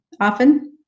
often